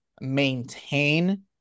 maintain